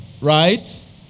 right